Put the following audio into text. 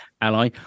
ally